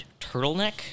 turtleneck